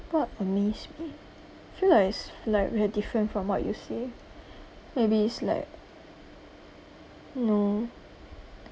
what amaze me I feel like it's like we are different from what you say maybe it's like you know